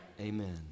Amen